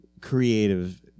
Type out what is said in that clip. creative